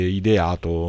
ideato